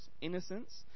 innocence